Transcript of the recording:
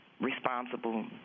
responsible